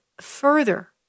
further